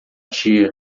tia